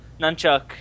nunchuck